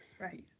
Right